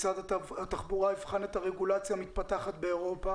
משרד התחבורה יבחן את הרגולציה המתפתחת באירופה